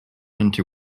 into